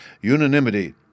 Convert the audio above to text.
unanimity